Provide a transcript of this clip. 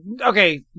Okay